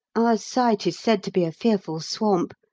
our site is said to be a fearful swamp,